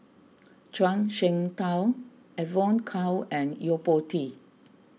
Zhuang Shengtao Evon Kow and Yo Po Tee